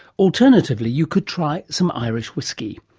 alternatively, you could try some irish whiskey.